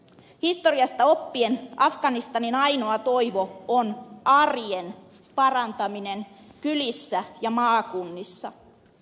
historiasta oppien afganistanin ainoa toivo on arjen parantaminen kylissä ja maakunnissa